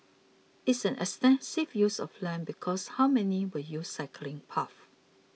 it's an extensive use of land because how many will use cycling paths